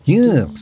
Yes